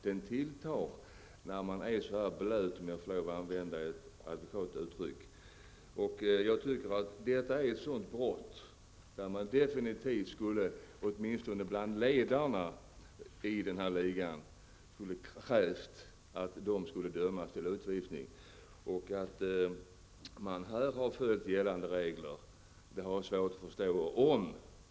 Den tilltar när man är så här blöt, om jag får lov att använda ett adekvat uttryck. Detta är ett brott där man definitivt skulle kräva att åtminstone ledarna i ligan döms till utvisning. Jag har svårt att förstå att man här har följt gällande regler.